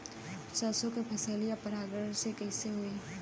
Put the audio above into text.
सरसो के फसलिया परागण से कईसे होई?